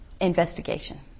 investigation